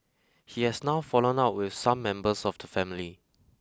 he has now fallen out with some members of the family